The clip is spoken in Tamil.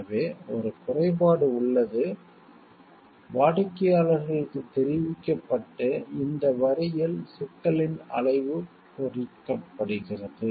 எனவே ஒரு குறைபாடு உள்ளது வாடிக்கையாளர்களுக்குத் தெரிவிக்கப்பட்டு இந்த வரியில் சிக்கலின் அளவு குறைக்கப்படுகிறது